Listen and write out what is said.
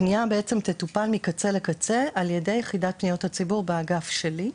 הפנייה תטופל מקצה לקצה על ידי יחידת פניות הציבור באגף שלי,